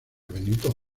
benito